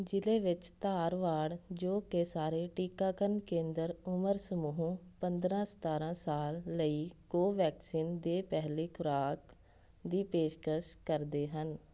ਜ਼ਿਲ੍ਹੇ ਵਿੱਚ ਧਾਰਵਾੜ ਜੋ ਕਿ ਸਾਰੇ ਟੀਕਾਕਰਨ ਕੇਂਦਰ ਉਮਰ ਸਮੂਹ ਪੰਦਰ੍ਹਾਂ ਸਤਾਰ੍ਹਾਂ ਸਾਲ ਲਈ ਕੋਵੈਕਸਿਨ ਦੇ ਪਹਿਲੀ ਖੁਰਾਕ ਦੀ ਪੇਸ਼ਕਸ਼ ਕਰਦੇ ਹਨ